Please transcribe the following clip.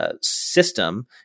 system